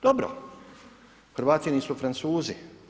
Dobro, Hrvati nisu Francuzi.